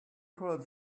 could